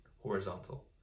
horizontal